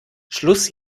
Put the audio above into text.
schluss